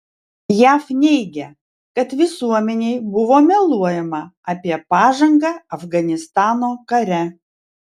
jav neigia kad visuomenei buvo meluojama apie pažangą afganistano kare